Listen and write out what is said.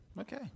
Okay